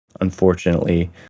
Unfortunately